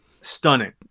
stunning